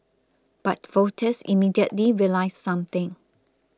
but voters immediately realised something